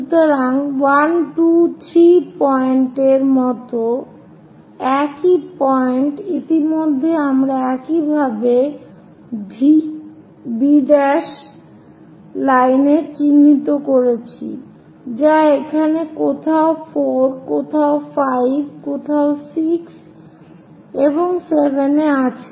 সুতরাং 1 2 3 পয়েন্ট এর মত একই পয়েন্ট ইতিমধ্যেই আমরা একইভাবে সেই V B' লাইনে চিহ্নিত করেছি যা এখানে কোথাও 4 কোথাও 5 কোথাও 6 এবং 7 এ আছে